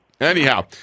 Anyhow